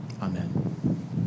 Amen